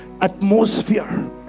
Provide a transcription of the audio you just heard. atmosphere